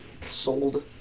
Sold